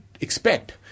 expect